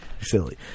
silly